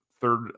third